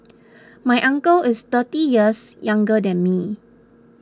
my uncle is thirty years younger than me